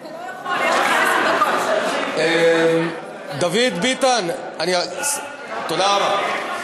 אתה לא יכול, יש לך עשר דקות, דוד ביטן, תודה רבה.